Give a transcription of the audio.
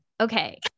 Okay